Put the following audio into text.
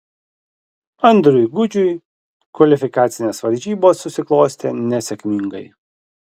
andriui gudžiui kvalifikacinės varžybos susiklostė nesėkmingai